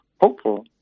hopeful